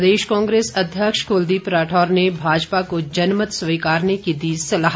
प्रदेश कांग्रेस अध्यक्ष क्लदीप राठौर ने भाजपा को जनमत स्वीकारने की दी सलाह